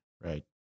Right